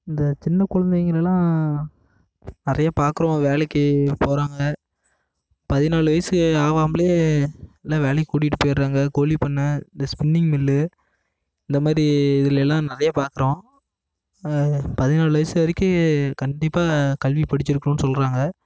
இந்த சின்ன குழந்தைங்கள்லாம் நிறைய பார்க்குறோம் வேலைக்கு போகறாங்க பதினாலு வயசு ஆவாமலே எல்லா வேலைக்கு கூட்டிகிட்டு போயிடுறாங்க கோழி பண்ண இந்த ஸ்பின்னிங் மில் இந்த மாதிரி இதுல எல்லாம் நிறைய பார்க்குறோம் பதினாலு வயசு வரைக்கும் கண்டிப்பாக கல்வி படிச்சுருக்கணுன்னு சொல்லுறாங்க